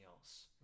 else